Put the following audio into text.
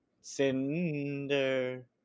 cinder